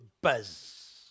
buzz